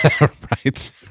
Right